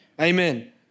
Amen